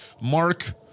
Mark